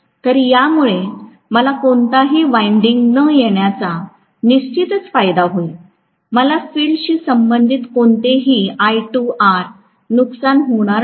तर यामुळे मला कोणताही वाइंडिंग न येण्याचा निश्चितच फायदा होतो मला फिल्डशी संबंधित कोणतेही आय 2 आर नुकसान होणार नाही